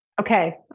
Okay